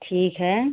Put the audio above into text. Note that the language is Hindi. ठीक है